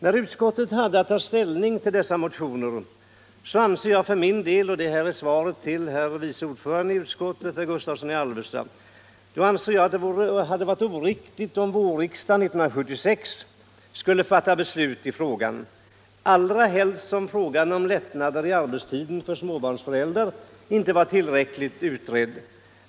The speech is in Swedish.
När utskottet hade att ta ställning till dessa motioner ansåg jag för min del — och det är svaret till utskottets vice ordförande, herr Gustavsson i Alvesta — att det hade varit oriktigt om vårriksdagen 1976 hade fattat beslut i frågan, allra helst som frågan om lättnader i arbetstiden för småbarnsföräldrar inte är tillräckligt utredd.